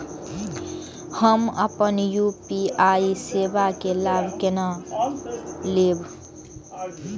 हम अपन यू.पी.आई सेवा के लाभ केना लैब?